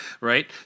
right